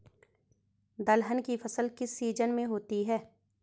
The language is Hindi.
दलहन की फसल किस सीजन में होती है?